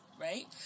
right